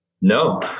No